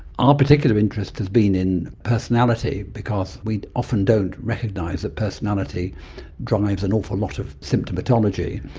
our particular interest has been in personality because we often don't recognise that personality drives an awful lot of symptomatology.